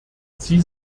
sie